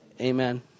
amen